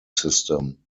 system